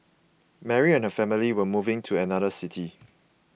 Mary and her family were moving to another city